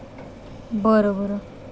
बरं बरं